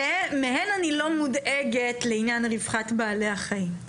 מהן אני לא מודאגת לעניין רווחת בעלי החיים,